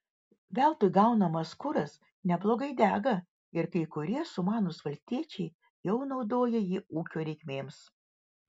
veltui gaunamas kuras neblogai dega ir kai kurie sumanūs valstiečiai jau naudoja jį ūkio reikmėms